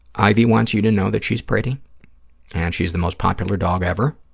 ivy wants you to know that she's pretty and she's the most popular dog ever.